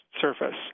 surface